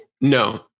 No